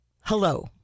Hello